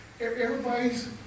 everybody's